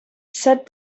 set